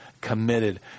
committed